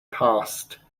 passed